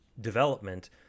development